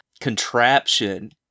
contraption